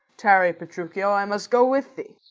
tarry, petruchio, i must go with thee,